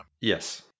Yes